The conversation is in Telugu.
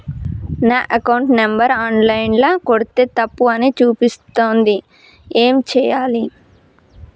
నా అకౌంట్ నంబర్ ఆన్ లైన్ ల కొడ్తే తప్పు అని చూపిస్తాంది ఏం చేయాలి?